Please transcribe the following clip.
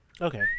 Okay